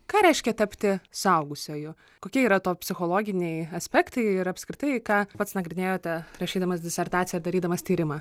ką reiškia tapti suaugusiuoju kokie yra to psichologiniai aspektai ir apskritai ką pats nagrinėjote rašydamas disertaciją darydamas tyrimą